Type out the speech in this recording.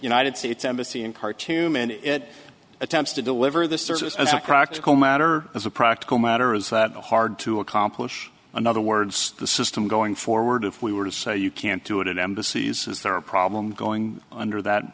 united states embassy in khartoum and it attempts to deliver the service as a practical matter as a practical matter is that hard to accomplish another words the system going forward if we were to say you can't do it in embassies is there a problem going under that